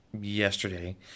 yesterday